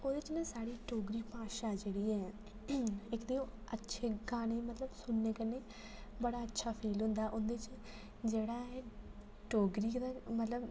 ओह्दे च ना साढ़ी डोगरी भाशा जेह्ड़ी ऐ एह्दे अच्छे गाने मतलब सुनने कन्नै बड़ा अच्छा फील होंदा ओह्दे च जेह्ड़ा ऐ डोगरी जेह्ड़ा मतलब